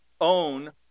own